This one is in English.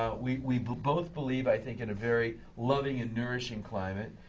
ah we we both believe, i think, in a very loving and nourishing climate,